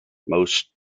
most